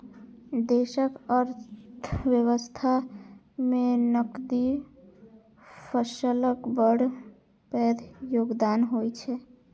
देशक अर्थव्यवस्था मे नकदी फसलक बड़ पैघ योगदान होइ छै